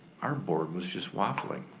our board was just waffling.